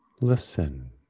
listen